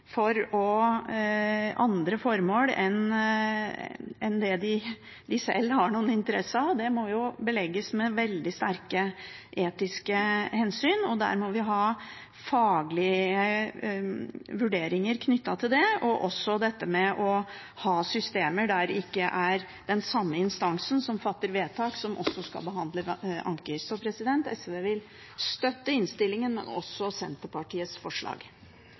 dyr for andre formål enn de selv har noen interesse av, må belegges med veldig sterke etiske hensyn. Vi må ha faglige vurderinger knyttet til det, og også ha systemer der det ikke er den samme instansen som fatter vedtak som også skal behandle anken. Så SV vil støtte innstillingen og også Senterpartiets forslag.